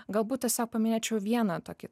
galbūt tiesiog paminėčiau vieną tokį